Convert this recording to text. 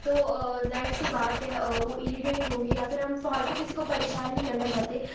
तो जाहिर सी बात है वो इरिटेट होंगे या फिर हम फालतू किसी को परेशान नहीं करना चाहते